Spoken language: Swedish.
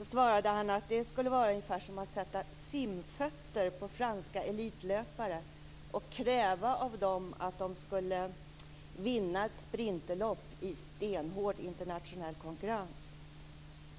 svarade han: Det skulle vara ungefär som att sätta simfötter på franska elitlöpare och kräva av dem att de skulle vinna ett sprinterlopp i stenhård internationell konkurrens.